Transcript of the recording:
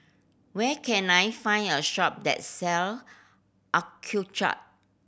where can I find a shop that sell Accucheck